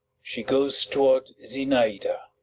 she goes toward zinaida.